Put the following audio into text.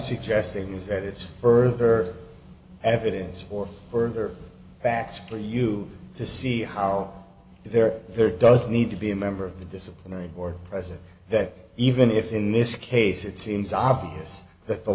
suggesting is that it's further evidence for further facts for you to see how there there does need to be a member of the disciplinary board present that even if in this case it seems obvious that the